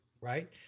Right